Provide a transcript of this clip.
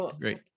great